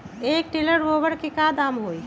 एक टेलर गोबर के दाम का होई?